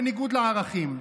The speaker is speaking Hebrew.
בניגוד לערכים.